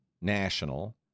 national